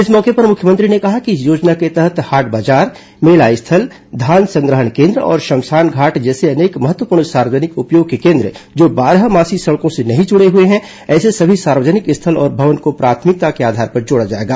इस मौके पर मुख्यमंत्री ने कहा कि इस योजना के तहत हाट बाजार मेला स्थल धान संगहण केन्द्र और श्मशान घाट जैसे अनेक महत्वपूर्ण सार्वजनिक उपयोग के केन्द्र जो बारहमासी सड़कों से नहीं जुड़े हैं ऐसे सभी सार्वजनिक स्थल और भवन को प्राथमिकता के आधार पर जोड़ा जाएगा